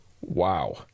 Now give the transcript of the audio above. Wow